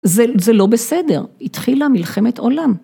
זה ל... זה לא בסדר! התחילה מלחמת עולם.